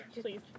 Please